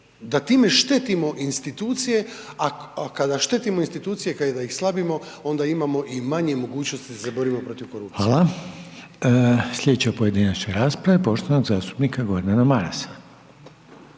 da time štetimo institucije, a kada štetimo institucije, kada da ih slabimo onda imamo i manje mogućnosti za borbu protiv korupcije. **Reiner, Željko (HDZ)** Hvala, slijedeća pojedinačna rasprava je poštovanog zastupnika Gordana Marasa.